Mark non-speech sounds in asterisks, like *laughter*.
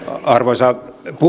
*unintelligible* arvoisa